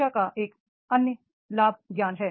शिक्षा का एक अन्य लाभ ज्ञान है